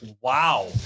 Wow